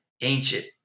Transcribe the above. ancient